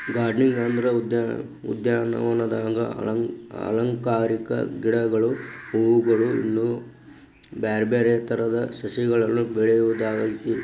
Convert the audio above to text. gardening ಅಂದ್ರ ಉದ್ಯಾನವನದಾಗ ಅಲಂಕಾರಿಕ ಗಿಡಗಳು, ಹೂವುಗಳು, ಇನ್ನು ಬ್ಯಾರ್ಬ್ಯಾರೇ ತರದ ಸಸಿಗಳನ್ನ ಬೆಳಿಯೋದಾಗೇತಿ